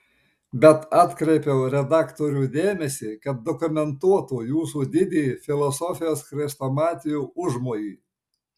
bet atkreipiau redaktorių dėmesį kad dokumentuotų jūsų didįjį filosofijos chrestomatijų užmojį